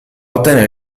ottenere